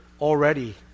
already